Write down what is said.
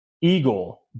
eagle